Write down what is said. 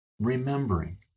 remembering